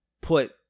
put